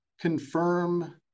confirm